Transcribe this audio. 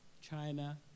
China